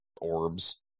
orbs